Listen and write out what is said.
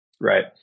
Right